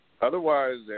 Otherwise